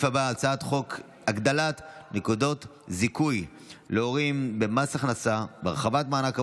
הצעת חוק הגדלת נקודות זיכוי להורים במס הכנסה והרחבת מענק עבודה,